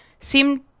seemed